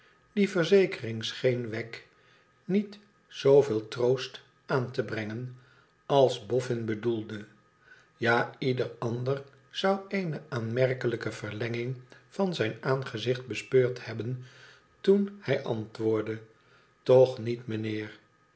die verzekering scheen wegg niet zooveel troost aan te brengen als boffin bedoelde ja ieder ander zou eene aanmerkelijke verlenging van zijn aangezicht bespeurd hebben toen hij antwoordde toch niet meneer